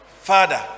father